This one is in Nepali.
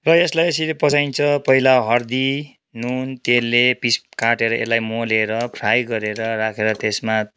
र यसलाई यसरी पचाइन्छ पहिला हर्दी नुन तेलले पिस काटेर यसलाई मोलेर फ्राई गरेर राखेर त्यसमा